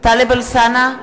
טלב אלסאנע,